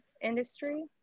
industry